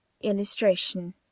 Illustration